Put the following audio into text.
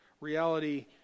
Reality